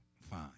fine